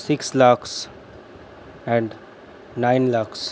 six lakhs and nine lakhs